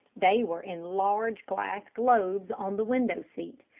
they were in large glass globes on the window-seat.